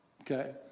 Okay